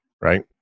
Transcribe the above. right